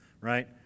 right